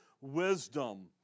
wisdom